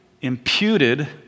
imputed